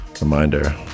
Reminder